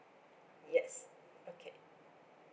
yes okay